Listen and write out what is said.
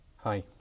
Hi